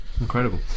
Incredible